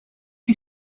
you